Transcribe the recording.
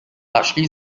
largely